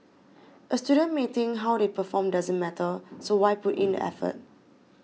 a student may think how they perform doesn't matter so why put in the effort